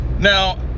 Now